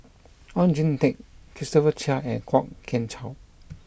Oon Jin Teik Christopher Chia and Kwok Kian Chow